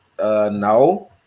No